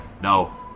No